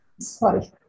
Sorry